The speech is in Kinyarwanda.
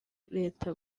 leta